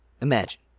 Imagine